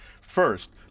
First